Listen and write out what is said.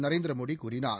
நரேந்திர மோடி கூறினார்